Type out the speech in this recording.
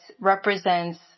represents